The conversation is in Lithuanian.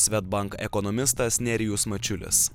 swedbank ekonomistas nerijus mačiulis